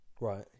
right